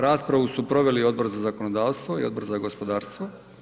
Raspravu su proveli Odbor za zakonodavstvo i Odbor za gospodarstvo.